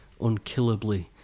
unkillably